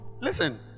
Listen